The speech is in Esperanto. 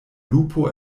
lupo